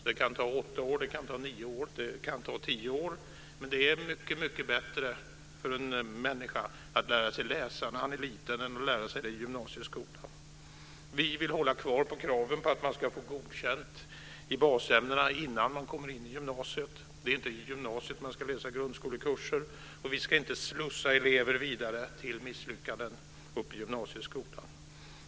Det kan ta åtta år, det kan ta nio år och det kan ta tio år, men det är mycket bättre för en människa att lära sig läsa när han är liten än att lära sig det i gymnasieskolan. Vi vill hålla kvar kravet på att man ska få godkänt i basämnena innan man kommer in på gymnasiet. Det är inte i gymnasiet man ska läsa grundskolekurser, och vi ska inte slussa elever vidare till misslyckanden uppe i gymnasieskolan.